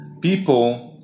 people